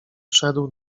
wszedł